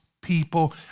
people